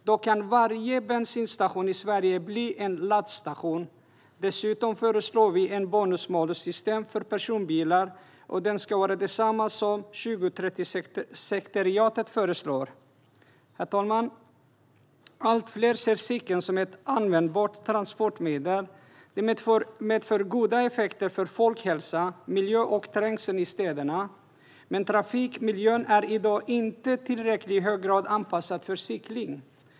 Då kan varje bensinstation i Sverige bli en laddstation. Dessutom föreslår vi ett bonus-malus-system för personbilar. Det ska vara detsamma som 2030-sekretariatet föreslår. Herr talman! Allt fler ser cykeln som ett användbart transportmedel. Det medför goda effekter för folkhälsan, miljön och trängseln i städerna. Men trafikmiljön är i dag inte i tillräckligt hög grad anpassad för cykling.